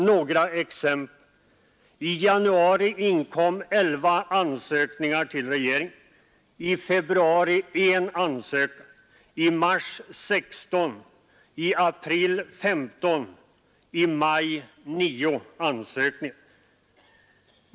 Några exempel: I januari inkom 11 ansökningar, i februari 1 ansökan, i mars 16, i april 15 och i maj 9 ansökningar.